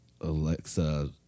Alexa